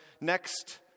next